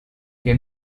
que